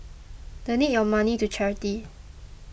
donate your money to charity